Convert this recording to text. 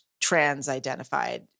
trans-identified